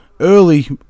early